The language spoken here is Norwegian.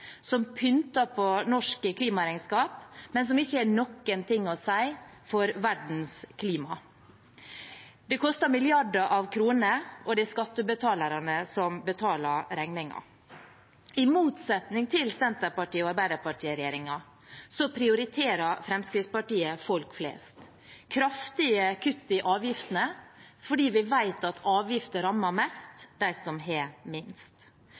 å si for verdens klima. Det koster milliarder av kroner, og det er skattebetalerne som betaler regningen. I motsetning til Senterparti–Arbeiderparti-regjeringen prioriterer Fremskrittspartiet folk flest – kraftige kutt i avgiftene, fordi vi vet at avgifter rammer mest dem som har minst.